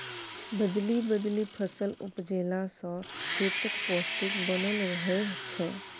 बदलि बदलि फसल उपजेला सँ खेतक पौष्टिक बनल रहय छै